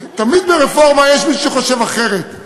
תמיד ברפורמה יש מישהו שחושב אחרת,